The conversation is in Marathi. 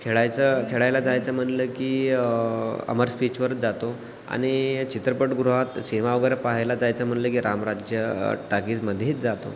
खेळायचं खेळायला जायचं म्हणलं की अमर स्पीचवरच जातो आणि चित्रपटगृहात सिनेमा वगैरे पाहायला जायचं म्हणलं की रामराज्य टाकीजमध्येच जातो